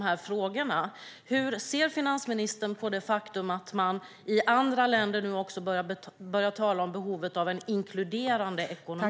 Hur ser finansministern på det faktum att man i andra länder nu börjar tala om behovet av en inkluderande ekonomi?